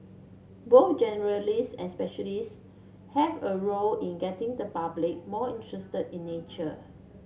both generalists and specialists have a role in getting the public more interested in nature